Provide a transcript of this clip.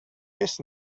his